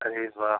अरे वा